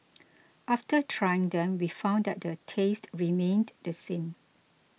after trying them we found that the taste remained the same